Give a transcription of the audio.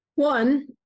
One